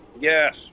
Yes